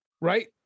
Right